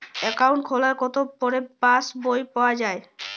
Account খোলার কতো পরে পাস বই পাওয়া য়ায়?